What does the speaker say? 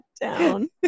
down